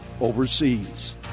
overseas